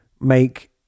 make